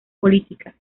política